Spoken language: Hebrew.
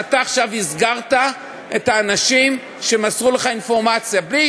שאתה עכשיו הסגרת את האנשים שמסרו לך אינפורמציה בלי